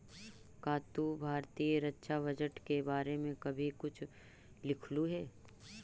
का तू भारतीय रक्षा बजट के बारे में कभी कुछ लिखलु हे